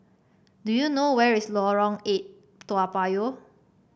do you know where is Lorong Eight Toa Payoh